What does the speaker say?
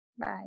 Bye